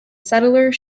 settlers